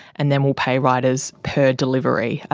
and then will pay riders per delivery,